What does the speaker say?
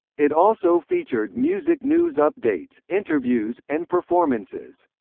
it also featured music news updates, interviews, and performances.